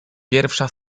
pierwsza